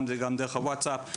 גם דרך הווטסאפ,